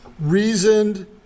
reasoned